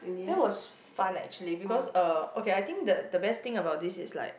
that was fun actually because uh okay I think the the best thing about this is like